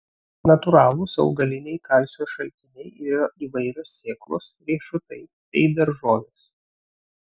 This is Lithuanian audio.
natūralūs augaliniai kalcio šaltiniai yra įvairios sėklos riešutai bei daržovės